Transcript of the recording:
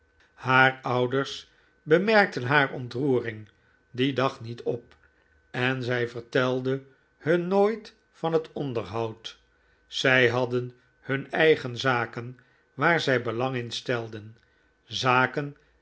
haar ouders bemerkten haar ontroering dien dag niet op en zij vertelde hun nooit van het onderhoud zij hadden hun eigen zaken waar zij belang in stelden zaken